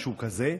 משהו כזה.